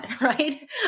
right